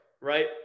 right